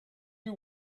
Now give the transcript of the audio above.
you